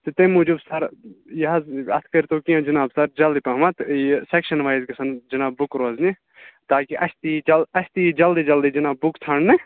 تہٕ تمہِ موجوٗب سَر یہِ حظ اَتھ کٔرتَو کیٚنٛہہ جِناب سَر جلدی پہمتھ یہِ سیٚکشَن وایِز گژھان جِناب بُکہٕ روزٕنہِ تاکہ اَسہِ تہِ یی جل اَسہِ تہِ یی جلدی جلدی جِناب بُک ژھانٛرنہٕ